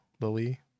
Lily